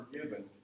forgiven